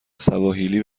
سواحیلی